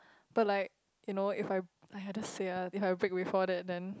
but like you know if I !aiya! just say ah if I break before that then